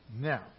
Now